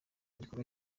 gikorwa